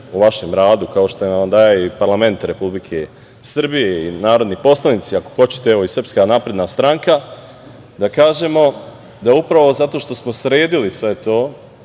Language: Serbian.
u vašem radu, kao što vam daje i parlament Republike Srbije i narodni poslanici, ako hoćete, i SNS, da kažemo, upravo zato što smo sredili sve to,